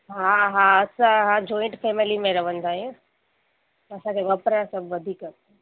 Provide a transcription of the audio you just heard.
हा हा असां हा जॉइंट फैमिली में रहंदा आहियूं असांजे वापिराए सभु वधीक आहिनि